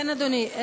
אדוני,